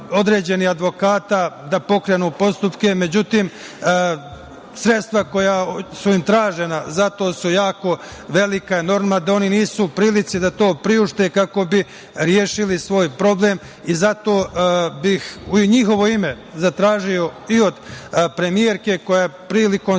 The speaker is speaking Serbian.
određenih advokata da pokrenu postupke. Međutim, sredstva koja su im tražena za to su jako velika, enormna, da oni nisu u prilici da to priušte kako bi rešili svoj problem. Zato bih u njihovo ime zatražio i od premijerke, koja je prilikom